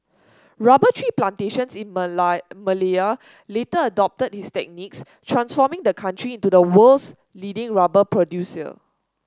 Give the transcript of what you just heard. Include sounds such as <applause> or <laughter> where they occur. rubber tree plantations in <unintelligible> Malaya later adopted his techniques transforming the country into the world's leading rubber producer